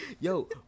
Yo